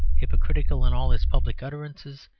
hypocritical in all its public utterances,